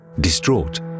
Distraught